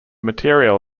material